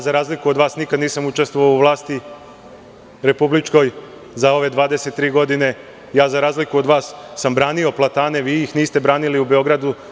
Za razliku od vas, nikad nisam učestvovao u vlasti republičkoj za ove 23 godinei branio sam platane, a vi ih niste branili u Beogradu.